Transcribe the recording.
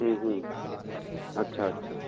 हूँ हूँ अच्छा अच्छा